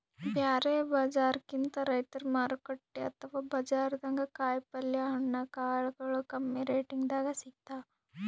ಬ್ಯಾರೆ ಬಜಾರ್ಕಿಂತ್ ರೈತರ್ ಮಾರುಕಟ್ಟೆ ಅಥವಾ ಬಜಾರ್ದಾಗ ಕಾಯಿಪಲ್ಯ ಹಣ್ಣ ಕಾಳಗೊಳು ಕಮ್ಮಿ ರೆಟೆದಾಗ್ ಸಿಗ್ತಾವ್